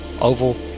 oval